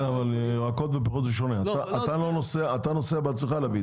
אבל ירקות ופירות זה שונה, אתה נוסע בעצמך לשוק